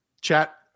Chat